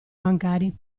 bancari